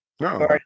no